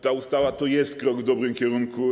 Ta ustawa to krok w dobrym kierunku.